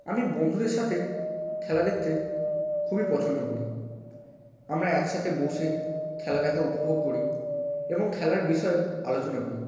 আমি বন্ধুদের সাথে খেলা দেখতে খুবই পছন্দ করি আমরা একসাথে বসে খেলা দেখা উপভোগ করি এবং খেলার বিষয়ে আলোচনা করি